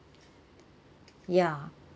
ya